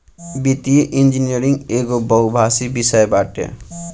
वित्तीय इंजनियरिंग एगो बहुभाषी विषय बाटे